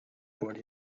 por